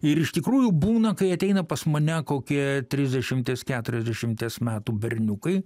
ir iš tikrųjų būna kai ateina pas mane kokie trisdešimties keturiasdešimties metų berniukai